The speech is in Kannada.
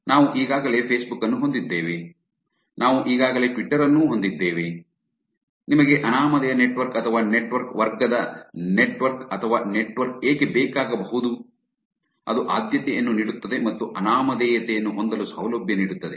ನಾವು ಈಗಾಗಲೇ ಫೇಸ್ಬುಕ್ ಅನ್ನು ಹೊಂದಿದ್ದೇವೆ ನಾವು ಈಗಾಗಲೇ ಟ್ವಿಟರ್ ಅನ್ನು ಹೊಂದಿದ್ದೇವೆ ನಿಮಗೆ ಅನಾಮಧೇಯ ನೆಟ್ವರ್ಕ್ ಅಥವಾ ನೆಟ್ವರ್ಕ್ ವರ್ಗದ ನೆಟ್ವರ್ಕ್ ಅಥವಾ ನೆಟ್ವರ್ಕ್ ಏಕೆ ಬೇಕಾಗಬಹುದು ಅದು ಆದ್ಯತೆಯನ್ನು ನೀಡುತ್ತದೆ ಅಥವಾ ಅನಾಮಧೇಯತೆಯನ್ನು ಹೊಂದಲು ಸೌಲಭ್ಯವನ್ನು ನೀಡುತ್ತದೆ